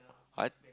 I